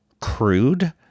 crude